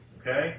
Okay